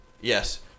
Yes